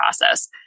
process